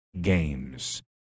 games